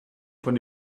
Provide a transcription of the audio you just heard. von